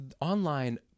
online